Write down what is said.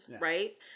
right